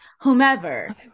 whomever